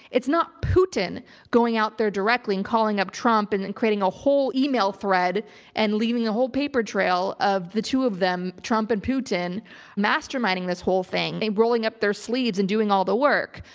it's not putin going out there directly and calling up trump and then creating a whole email thread and leaving a whole paper trail of the two of them, trump and putin masterminding this whole thing, they're rolling up their sleeves and doing all the work.